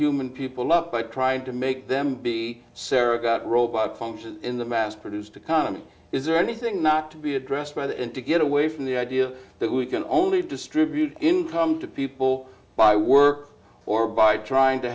human people up by trying to make them be sarah got robot function in the mass produced economy is there anything not to be addressed by that and to get away from the idea that we can only distribute income to people by work or by trying to